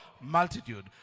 multitude